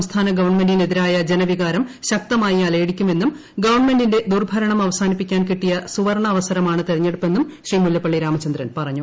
സംസ്ഥാന ഗവൺമെന്റിനെതിരായ ജന്റവികാര്ം ശക്തമായി അലയടിക്കുമെന്നും ഗവൺമെന്റിന്റെ ദുർഭരണം അവസാനിപ്പിക്കാൻ കിട്ടിയ സുവർണാവസരമാണ്ട്ര്ത്ത്രഞ്ഞെടുപ്പെന്നും ശ്രീ മുല്ലപ്പള്ളി രാമചന്ദ്രൻ പറഞ്ഞു